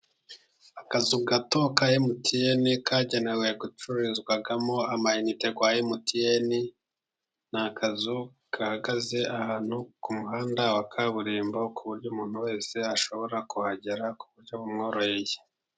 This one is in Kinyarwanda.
Akazu gato ka MTN kagenewe gucururizwamo ama inite ya MTN. Ni akazu gahagaze ahantu ku muhanda wa kaburimbo, ku buryo umuntu wese ashobora kuhagera ku buryo bumworoheye.